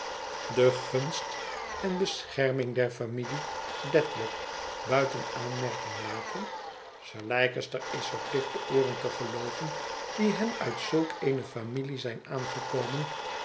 de gunst en bescherming der familie dedlock buiten aanmerking laten sir leicester is verplicht de ooren te gelooven die hem uit zulk eene familie zijn aangekomen